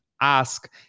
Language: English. ask